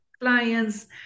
clients